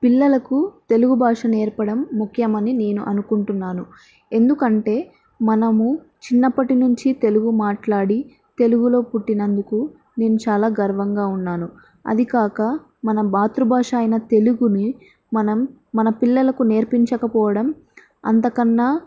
పిల్లలకు తెలుగు భాష నేర్పడం ముఖ్యమని నేను అనుకుంటున్నాను ఎందుకంటే మనము చిన్నప్పటినుంచి తెలుగు మాట్లాడి తెలుగులో పుట్టినందుకు నేను చాలా గర్వంగా ఉన్నాను అది కాక మన మాతృభాష అయిన తెలుగుని మనం మన పిల్లలకు నేర్పించకపోవడం అంతకన్నా